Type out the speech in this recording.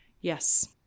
yes